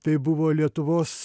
tai buvo lietuvos